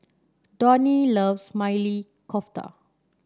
Donnie loves Maili Kofta